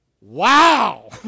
wow